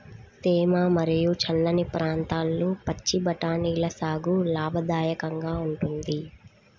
తేమ మరియు చల్లని ప్రాంతాల్లో పచ్చి బఠానీల సాగు లాభదాయకంగా ఉంటుంది